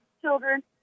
children